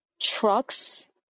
trucks